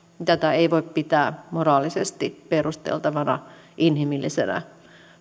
tätä ei voi pitää moraalisesti perusteltavana inhimillisenä